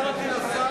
חברי הכנסת.